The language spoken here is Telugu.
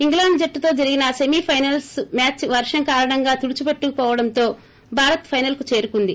ఇంగ్లాండు జట్టుతో జరిగిన సెమి పైనల్స్ మ్యాచ్ వర్షం కారణంగా తుడుచుపెట్టుకుపోవడంతో భారత్ పైనల్ కు చేరుకుంది